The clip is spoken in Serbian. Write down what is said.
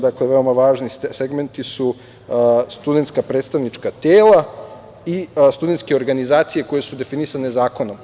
Dakle, veoma važni segmenti su studenska predstavnička tela i studenske organizacije koje su definisane zakonom.